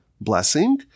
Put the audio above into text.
blessing